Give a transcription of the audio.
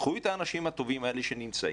קחו את האנשים הטובים האלה שנמצאים,